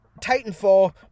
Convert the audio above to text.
Titanfall